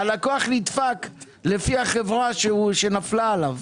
הלקוח נדפק לפי החברה שנפלה עליו.